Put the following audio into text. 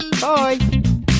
Bye